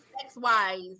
sex-wise